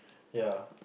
ya